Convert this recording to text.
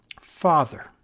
Father